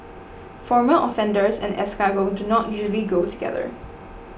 former offenders and escargot do not usually go together